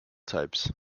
types